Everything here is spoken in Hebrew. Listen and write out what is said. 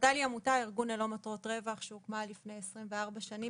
נט"ל היא עמותה ללא מטרות רווח שהוקמה לפני 24 שנים